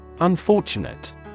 Unfortunate